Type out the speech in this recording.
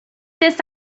this